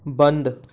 बंद